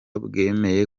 bwemeye